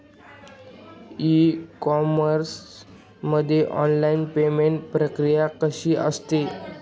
E commerce मध्ये online payment प्रक्रिया कशी असते?